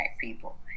people